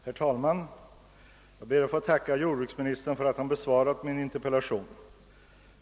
Herr talman! Jag ber att få tacka jordbruksministern för att han besvarat min interpellation.